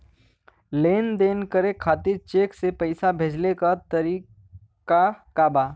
लेन देन करे खातिर चेंक से पैसा भेजेले क तरीकाका बा?